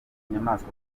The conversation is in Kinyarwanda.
inyamaswa